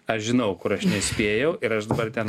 aš žinau kur aš nespėjau ir aš dabar ten